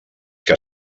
que